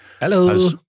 Hello